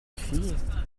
fille